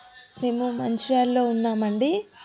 మేము మంచిర్యాల్లో ఉన్నామండి